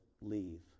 leave